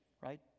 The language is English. right